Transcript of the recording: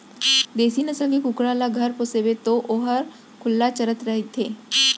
देसी नसल के कुकरा ल घर पोसबे तौ वोहर खुल्ला चरत रइथे